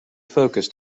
focus